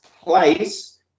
place